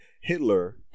Hitler